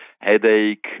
headache